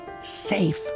safe